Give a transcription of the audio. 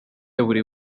buri